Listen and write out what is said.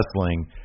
wrestling